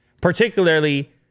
particularly